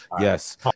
Yes